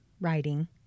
writing